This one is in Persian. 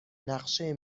نقشه